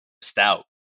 stout